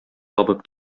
табып